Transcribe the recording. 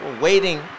waiting